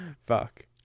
Fuck